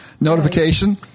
notification